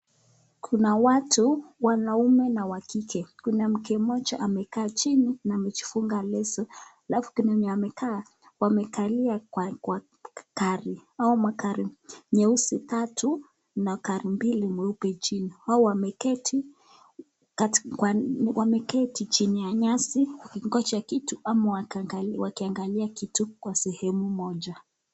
Kuna watu, wanaume na wakike. Kuna mke mmoja amekaa chini na amejifunga leso. Alafu kuna mwenye ameka wamekalia kwa kari au magari meusi tatu na gari mbili meupe chini. Hao wameketi chini ya nyasi wakingoja kitu ama wakiangalia kitu kwa sehemu moja.